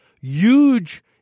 huge